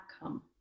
outcome